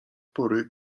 pory